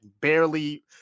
barely